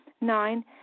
Nine